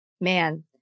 man